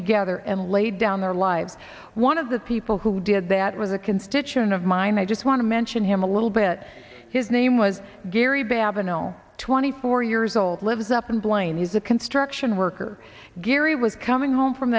together and laid down their lives one of the people who did that was a constituent of mine i just want to mention him a little bit his name was gary babineau twenty four years old live is up and blind is a construction worker gary was coming home from